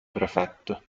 prefetto